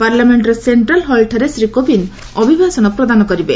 ପାର୍ଲାମେଣ୍ଟର ସେଣ୍ଟ୍ରାଲ୍ ହଲ୍ଠାରେ ଶୀ କୋବିନ୍ଦ ଅଭିଭାଷଣ ପ୍ରଦାନ କରିବେ